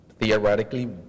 theoretically